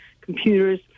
computers